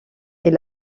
est